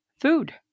Food